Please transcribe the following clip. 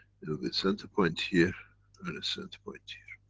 be center point here and a center point here.